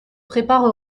préparent